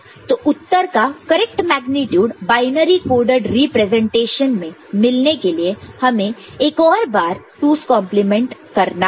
तो उत्तर का correct magnitude binary coded representation में मिलने के लिए हमें एक और बार 2's कंप्लीमेंट 2's complement करना होगा